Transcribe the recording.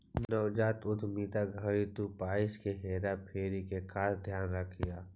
नवजात उद्यमिता घड़ी तु पईसा के हेरा फेरी के खास ध्यान रखीह